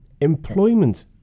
employment